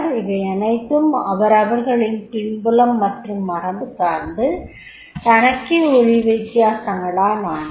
இவையனைத்தும் அவரவர்களின் பின்புலம் மற்றும் மரபு சார்ந்து தனக்கே உரிய வித்தியாசங்களால் ஆனவை